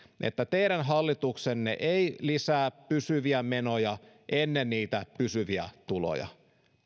että teidän hallituksenne ei lisää pysyviä menoja ennen niitä pysyviä tuloja